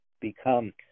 become